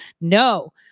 No